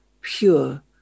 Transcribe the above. pure